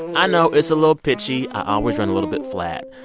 i know it's a little pitchy. i always run a little bit flat.